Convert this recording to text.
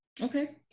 Okay